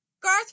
Garth